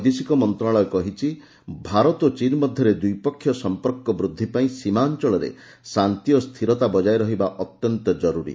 ବୈଦେଶିକ ମନ୍ତ୍ରଣାଳୟ କହିଛି ଭାରତ ଓ ଚୀନ୍ ମଧ୍ୟରେ ଦ୍ୱିପକ୍ଷିୟ ସମ୍ପର୍କ ବୃଦ୍ଧି ପାଇଁ ସୀମା ଅଞ୍ଚଳରେ ଶାନ୍ତି ଓ ସ୍ଥିରତା ବଜାୟ ରହିବା ଅତ୍ୟନ୍ତ ଜରୁରୀ